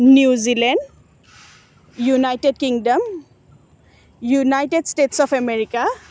New Zealand United Kingdom United States of America